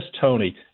Tony